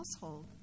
household